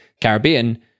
Caribbean